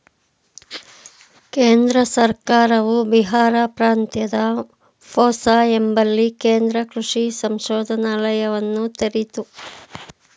ಕೇಂದ್ರ ಸರ್ಕಾರವು ಬಿಹಾರ್ ಪ್ರಾಂತ್ಯದ ಪೂಸಾ ಎಂಬಲ್ಲಿ ಕೇಂದ್ರ ಕೃಷಿ ಸಂಶೋಧನಾಲಯವನ್ನ ತೆರಿತು